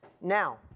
now